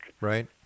Right